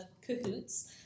Cahoots